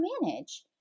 manage